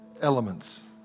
elements